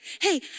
Hey